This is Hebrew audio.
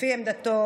לפי עמדתו